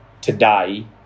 today